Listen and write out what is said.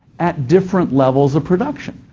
at different levels of production.